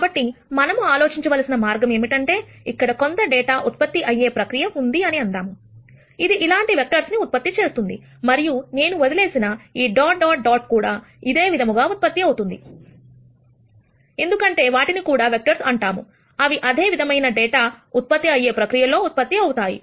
కాబట్టి మనం ఆలోచించవలసిన మార్గం ఏమిటంటే ఇక్కడ కొంత డేటా ఉత్పత్తి అయ్యే ప్రక్రియ ఉంది అని అందాం ఇది ఇలాంటి వెక్టర్స్ ను ఉత్పత్తి చేస్తుంది మరియు నేను వదిలివేసిన ఈ డాట్ డాట్ డాట్ కూడా ఇదే విధముగా ఉత్పత్తి అవుతుంది ఎందుకంటే వాటిని కూడా వెక్టర్స్ అంటాము అవి అదే విధమైన డేటా ఉత్పత్తి అయ్యే ప్రక్రియ లో ఉత్పత్తి అవుతాయి